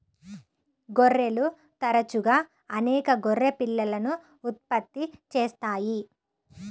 గొర్రెలు తరచుగా అనేక గొర్రె పిల్లలను ఉత్పత్తి చేస్తాయి